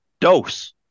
dose